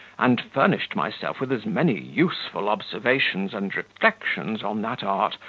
and furnished myself with as many useful observations and reflections on that art,